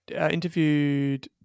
interviewed